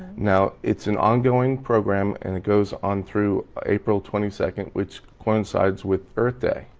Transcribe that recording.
now it's an ongoing program and it goes on through april twenty second, which coincides with earth day.